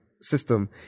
system